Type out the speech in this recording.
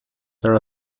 there